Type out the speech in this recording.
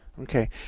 Okay